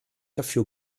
dafür